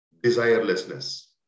desirelessness